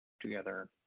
together